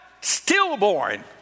stillborn